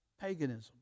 paganism